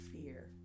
fear